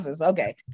Okay